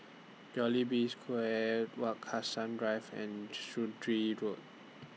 Square Wak Hassan Drive and Sturdee Road